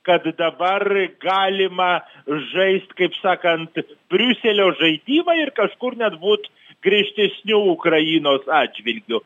kad dabar galima žaist kaip sakant briuselio žaidimą ir kažkur net būt griežtesniu ukrainos atžvilgiu